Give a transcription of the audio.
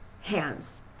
hands